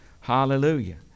Hallelujah